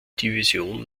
division